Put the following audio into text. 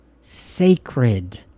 sacred